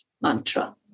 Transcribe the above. mantra